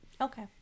Okay